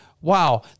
wow